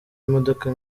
imodoka